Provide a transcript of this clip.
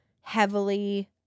heavily